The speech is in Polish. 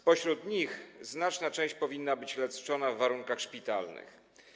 Spośród nich znaczna część powinna być leczona w warunkach szpitalnych.